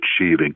achieving